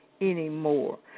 anymore